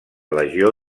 legió